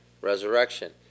Resurrection